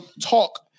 talk